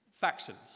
Factions